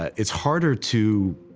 it's harder to,